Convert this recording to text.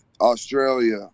Australia